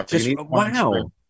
Wow